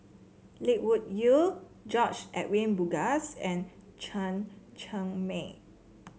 Lee Wung Yew George Edwin Bogaars and Chen Cheng Mei